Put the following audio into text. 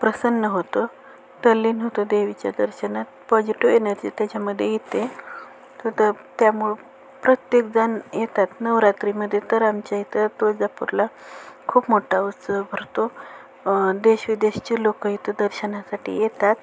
प्रसन्न होतो तल्लीन होतो देवीच्या दर्शनात पॉजिटिव्ह एनर्जी त्याच्यामध्ये येते त त्या त्यामुळं प्रत्येकजण येतात नवरात्रीमध्ये तर आमच्या इथं तुळजापूरला खूप मोठा उत्सव भरतो देश विदेशचे लोक इथं दर्शनासाठी येतात